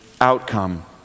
outcome